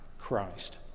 Christ